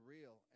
real